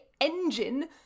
engine